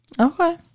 Okay